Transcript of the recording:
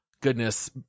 Goodness